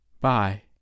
Bye